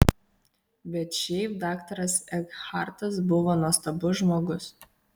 bet šiaip daktaras ekhartas buvo nuostabus žmogus